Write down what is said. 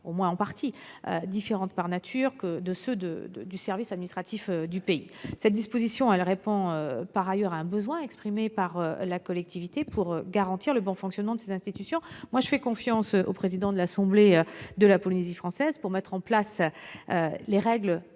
au moins en partie, d'une nature différente de ceux des services administratifs du pays. Par ailleurs, cet article répond à un besoin exprimé par la collectivité pour garantir le bon fonctionnement de ces institutions. Je fais confiance au président de l'assemblée de la Polynésie française pour mettre en place des règles